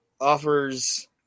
offers